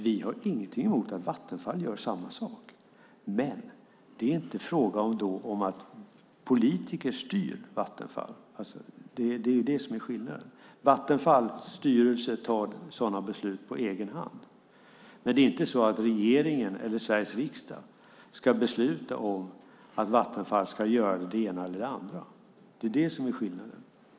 Vi har ingenting emot att Vattenfall gör samma sak, men det är då inte fråga om att politiker styr Vattenfall. Det är det som är skillnaden. Vattenfalls styrelse fattar sådana beslut på egen hand. Det är inte regeringen eller Sveriges riksdag som ska besluta om att Vattenfall ska göra det ena eller det andra. Det är det som är skillnaden.